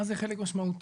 מה זה חלק משמעותי?